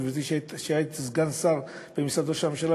כשהייתי סגן שר במשרד ראש הממשלה,